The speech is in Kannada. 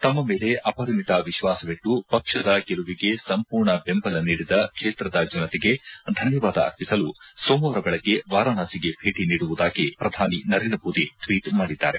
ತಮ್ನ ಮೇಲೆ ಅವರಿಮಿತ ವಿಶ್ವಾಸವಿಟ್ಟು ಪಕ್ಷದ ಗೆಲುವಿಗೆ ಸಂಪೂರ್ಣ ಬೆಂಬಲ ನೀಡಿದ ಕ್ಷೇತ್ರದ ಜನತೆಗೆ ಧನ್ಜವಾದ ಅರ್ಪಿಸಲು ಸೋಮವಾರ ಬೆಳಗ್ಗೆ ವಾರಾಣಸಿಗೆ ಭೇಟಿ ನೀಡುವುದಾಗಿ ಪ್ರಧಾನಿ ನರೇಂದ್ರ ಮೋದಿ ಟ್ವೀಟ್ ಮಾಡಿದ್ದಾರೆ